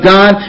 God